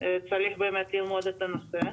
צריך ללמוד את הנושא.